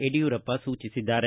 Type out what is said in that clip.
ಯಡಿಯೂರಪ್ಪ ಸೂಚಿಸಿದ್ದಾರೆ